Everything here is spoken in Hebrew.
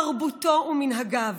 תרבותו ומנהגיו,